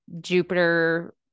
Jupiter